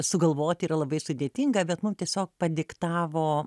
sugalvoti yra labai sudėtinga bet mums tiesiog padiktavo